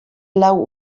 lau